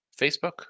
Facebook